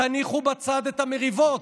תניחו בצד את המריבות.